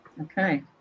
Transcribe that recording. Okay